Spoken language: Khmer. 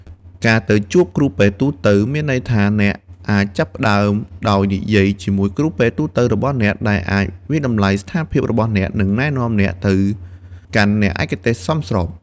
ការទៅជួបគ្រូពេទ្យទូទៅ មានន័យថាអ្នកអាចចាប់ផ្តើមដោយនិយាយជាមួយគ្រូពេទ្យទូទៅរបស់អ្នក ដែលអាចវាយតម្លៃស្ថានភាពរបស់អ្នក និងណែនាំអ្នកទៅកាន់អ្នកឯកទេសសមស្រប។